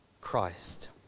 Christ